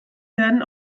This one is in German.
werden